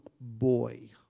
boy